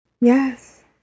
Yes